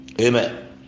Amen